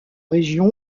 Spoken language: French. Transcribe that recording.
région